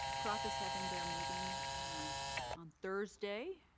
crop is having their meeting on thursday.